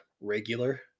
regular